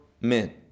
men